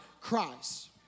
Christ